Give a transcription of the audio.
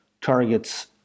targets